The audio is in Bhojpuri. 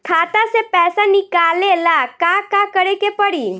खाता से पैसा निकाले ला का का करे के पड़ी?